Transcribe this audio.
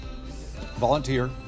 volunteer